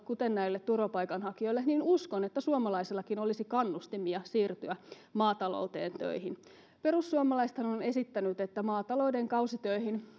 kuten näille turvapaikanhakijoille niin uskon että suomalaisillakin olisi kannustimia siirtyä maatalouteen töihin perussuomalaisethan ovat esittäneet että maatalouden kausitöihin